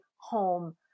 home